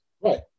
Right